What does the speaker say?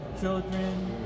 children